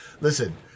listen